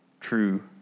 true